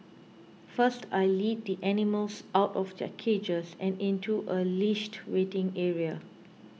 first I lead the animals out of their cages and into a leashed waiting area